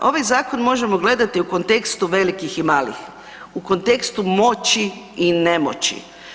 Ovaj zakon možemo gledati u kontekstu velikih i malih, u kontekstu moći i nemoći.